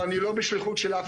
אני לא בשליחות של אף אחד.